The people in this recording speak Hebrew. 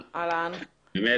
אהלן, האמת היא